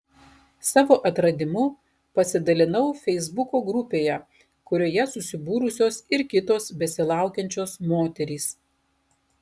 savo atradimu pasidalinau feisbuko grupėje kurioje susibūrusios ir kitos besilaukiančios moterys